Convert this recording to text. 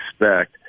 expect